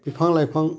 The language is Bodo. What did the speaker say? बिफां लाइफां